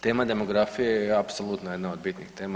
Tema demografije je apsolutno jedna od bitnih tema.